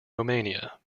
romania